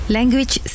Language